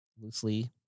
loosely